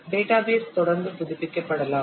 database தொடர்ந்து புதுப்பிக்கப்படலாம்